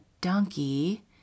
donkey